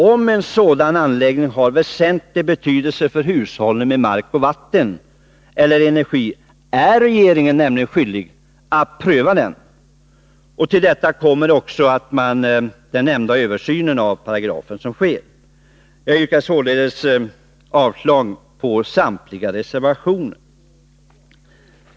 Om en sådan anläggning har väsentlig betydelse för hushållning med mark och vatten eller energi är regeringen nämligen skyldig att pröva den. Till detta kommer den nämnda översynen av paragrafen. Jag yrkar således avslag på samtliga reservationer.